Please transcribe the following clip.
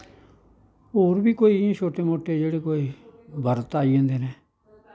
होर बी कोई छोटे मोटे जेह्ड़े कोई बर्त आई जंदे न